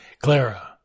Clara